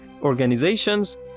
organizations